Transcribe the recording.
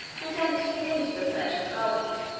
and emptying into the persian gulf.